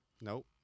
Nope